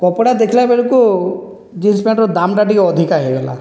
କପଡ଼ା ଦେଖିଲାବେଳକୁ ଜିନ୍ସ ପ୍ୟାଣ୍ଟର ଦାମ୍ଟା ଟିକିଏ ଅଧିକ ହୋଇଗଲା